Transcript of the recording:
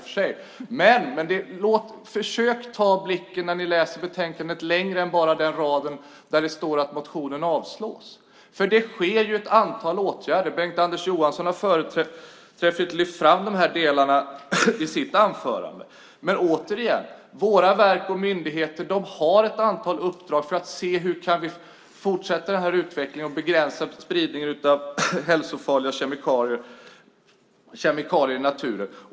Försök, när ni läser betänkandet, att flytta blicken lite längre än till den rad där det står att motionen avstyrks. Det vidtas ett antal åtgärder. Bengt-Anders Johansson lyfte på ett föredömligt sätt fram dessa delar i sitt anförande. Återigen: Våra verk och myndigheter har ett antal uppdrag för att se hur vi kan fortsätta att driva utvecklingen framåt och begränsa spridningen av hälsofarliga kemikalier i naturen.